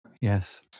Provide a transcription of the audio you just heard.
Yes